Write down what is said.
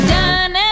done